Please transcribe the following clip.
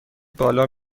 بالا